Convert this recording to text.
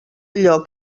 allò